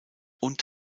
und